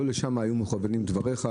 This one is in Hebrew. לא לשם היו מכוונים דבריך,